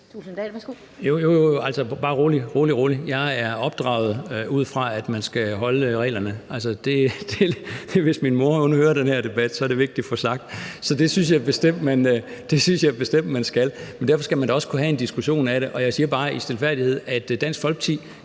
Thulesen Dahl (DF): Jo, jo, altså, bare rolig. Jeg er opdraget ud fra, at man skal overholde reglerne. Hvis min mor hører den her debat, er det vigtigt at få det sagt. Så det synes jeg bestemt man skal. Men derfor skal man da også kunne have en diskussion af det, og jeg siger jo bare i stilfærdighed, at Dansk Folkeparti